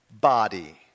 body